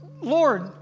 Lord